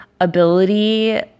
ability